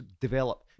develop